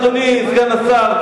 אדוני סגן השר,